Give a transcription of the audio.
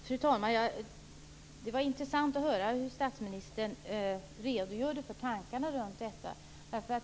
Fru talman! Det var intressant att höra hur statsministern redogjorde för tankarna runt detta.